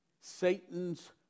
Satan's